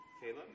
Caleb